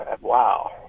wow